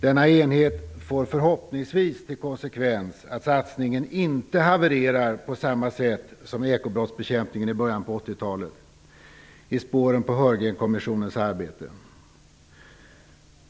Denna enighet får förhoppningsvis till konsekvens att satsningen inte havererar på samma sätt som ekobrottsbekämpningen i början på 80-talet, i spåren på Heurgrenkommissionens arbete.